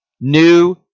New